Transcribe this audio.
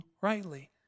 rightly